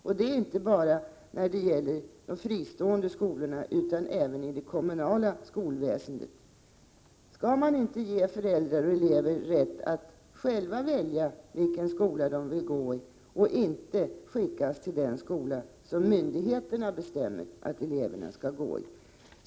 Det gäller inte bara de fristående skolorna utan även i det kommunala skolväsendet. Borde man inte ge föräldrar och elever rätt att själva välja skola i stället för att eleverna skall skickas till den skola som myndigheterna bestämmer att eleverna skall gå i?